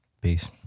Peace